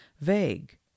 vague